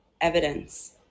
evidence